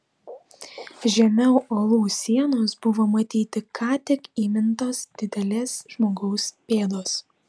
žemiau uolų sienos buvo matyti ką tik įmintos didelės žmogaus pėdos